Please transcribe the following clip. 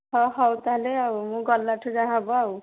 ହଁ ହଉ ତା'ହେଲେ ଆଉ ମୁଁ ଗଲାଠୁ ଯାହା ହେବ ଆଉ